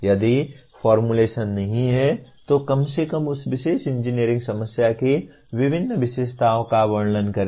यदि फार्मूलेशन नहीं है तो कम से कम उस विशेष इंजीनियरिंग समस्या की विभिन्न विशेषताओं का वर्णन करें